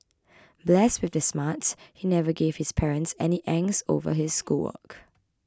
blessed with the smarts he never gave his parents any angst over his schoolwork